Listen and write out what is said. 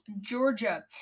Georgia